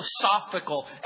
philosophical